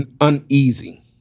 uneasy